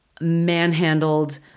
manhandled